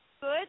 Good